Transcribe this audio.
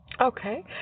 Okay